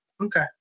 okay